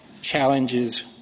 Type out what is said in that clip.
challenges